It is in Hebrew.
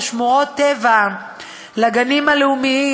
לגנים הלאומיים,